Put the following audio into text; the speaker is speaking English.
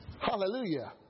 Hallelujah